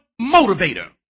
motivator